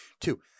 Two